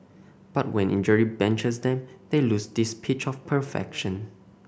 but when injury benches them they lose this pitch of perfection